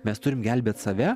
mes turim gelbėt save